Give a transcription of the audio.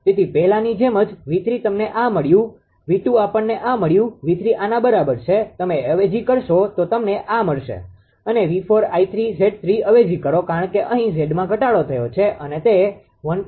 તેથી પહેલાની જેમ જ 𝑉3 તમને આ મળ્યું 𝑉2 આપણને આ મળ્યું 𝑉3 આના બરાબર છે તમે અવેજી કરશો તો તમને આ મળશે અને 𝑉4 𝐼3 𝑍3 અવેજી કરો કારણ કે અહી Zમાં ઘટાડો થયો છે અને તે 1